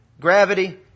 gravity